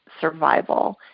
survival